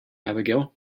abigail